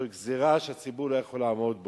זו גזירה שהציבור לא יכול לעמוד בה.